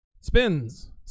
Spins